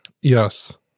Yes